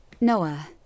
Noah